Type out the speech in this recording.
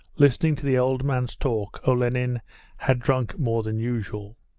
listening to the old man's talk olenin had drunk more than usual.